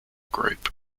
group